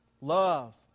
love